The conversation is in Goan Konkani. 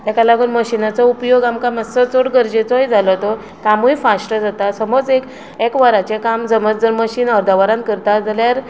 तेका लागून मशिनाचो उपयोग आमकां मात्सो चड गरजेचोय जालो तो कामूय फास्ट जाता समज एक वराचें काम जर मशीन जर अर्द वरान करता जाल्यार